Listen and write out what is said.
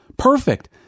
perfect